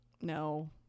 No